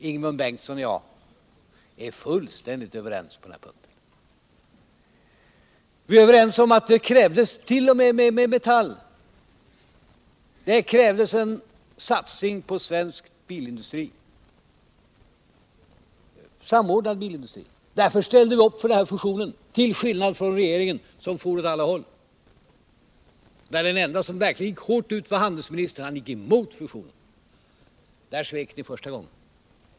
Ingemund Bengtsson och jag är fullständigt överens på den punkten, och vi är överens med Metall om att det krävdes satsning på en samordnad svensk bilindustri. Därför ställde vi upp för fusionen -— till skillnad från regeringen som for åt alla håll. Den ende i regeringen som verkligen gick ut hårt var handelsministern, och han gick emot fusionen. Där svek ni första gången.